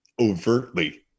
overtly